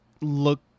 look